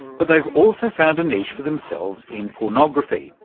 but they've also found a niche for themselves in pornography,